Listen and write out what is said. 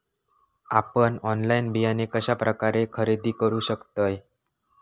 आपन ऑनलाइन बियाणे कश्या प्रकारे खरेदी करू शकतय?